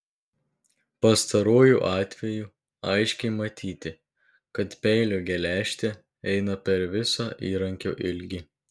pastaruoju atveju aiškiai matyti kad peilio geležtė eina per visą įrankio ilgį